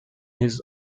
his